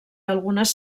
algunes